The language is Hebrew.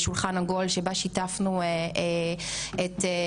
שיש צורך לעשות את השיום של התופעה,